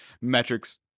metrics